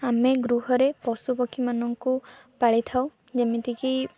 ଆମେ ଗୃହରେ ପଶୁପକ୍ଷୀ ମାନଙ୍କୁ ପାଳିଥାଉ ଯେମିତିକି